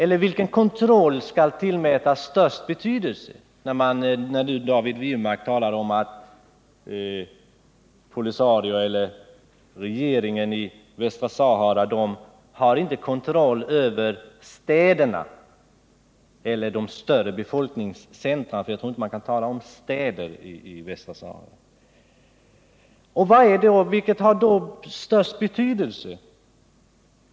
David Wirmark talar om att POLISARIO, eller regeringen i Västra Sahara, inte har kontroll över de större befolkningscentra — jag tror inte man kan tala om städer i Västra Sahara.